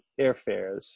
airfares